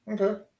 Okay